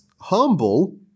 humble